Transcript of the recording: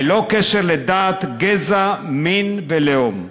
ללא קשר לדת, גזע, מין ולאום.